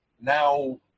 now